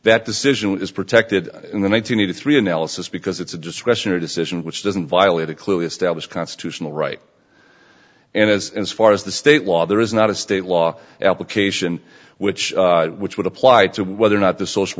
that decision is protected in the one nine hundred eighty three analysis because it's a discretionary decision which doesn't violate a clue established constitutional right and as as far as the state law there is not a state law application which which would apply to whether or not the social